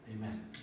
amen